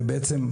ובעצם,